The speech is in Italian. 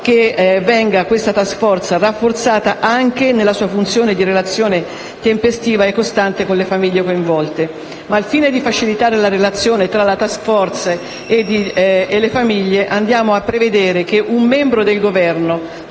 che essa venga rafforzata anche nella sua funzione di relazione tempestiva e costante con le famiglie coinvolte. Al fine di facilitare la relazione tra la *task* *force* e le famiglie, prevediamo che un membro del Governo